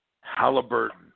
Halliburton